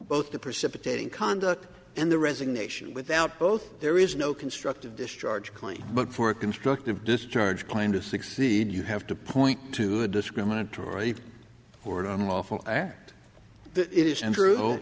both the precipitating conduct and the resignation without both there is no constructive discharge claim but for constructive discharge claim to succeed you have to point to a discriminatory or unlawful act that is andrew